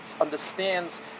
understands